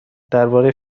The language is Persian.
درباره